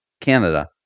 canada